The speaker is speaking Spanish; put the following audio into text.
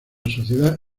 sociedad